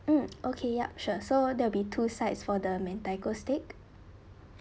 mm okay yup sure so that will be two sides for the mentaiko steak